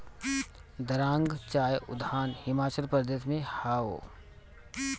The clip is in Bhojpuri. दारांग चाय उद्यान हिमाचल प्रदेश में हअ